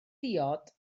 diod